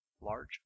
large